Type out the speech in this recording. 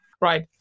right